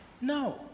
no